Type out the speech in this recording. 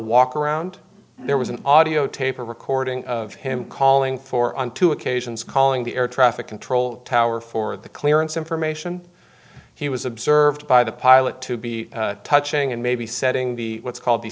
walk around there was an audio tape recording of him calling for on two occasions calling the air traffic control tower for the clearance information he was observed by the pilot to be touching and maybe setting the what's called the